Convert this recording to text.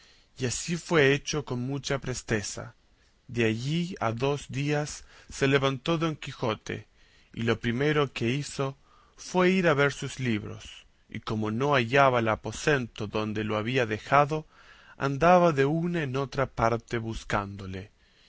y así fue hecho con mucha presteza de allí a dos días se levantó don quijote y lo primero que hizo fue ir a ver sus libros y como no hallaba el aposento donde le había dejado andaba de una en otra parte buscándole